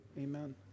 amen